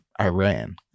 Iran